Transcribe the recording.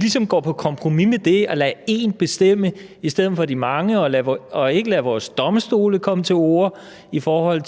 ligesom går på kompromis med det og lader én bestemme i stedet for de mange og ikke lader vores domstole komme til orde i forhold